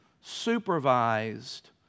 supervised